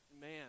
man